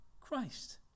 Christ